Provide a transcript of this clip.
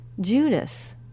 Judas